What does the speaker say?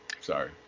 Sorry